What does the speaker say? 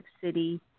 City